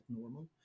normal